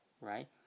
right